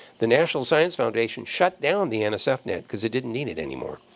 the national science foundation shut down the nsfnet because it didn't need it anymore.